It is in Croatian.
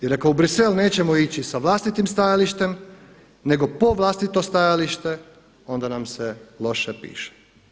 Jer ako u Bruxelles nećemo ići sa vlastitim stajalištem, nego po vlastito stajalište onda nam se loše piše.